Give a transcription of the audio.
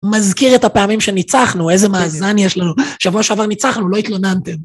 מזכיר את הפעמים שניצחנו, איזה מאזן יש לנו. שבוע שעבר ניצחנו, לא התלוננתם.